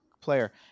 player